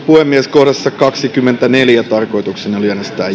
puhemies kohdassa kaksikymmentäneljä tarkoitukseni oli äänestää